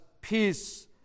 peace